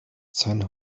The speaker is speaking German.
sein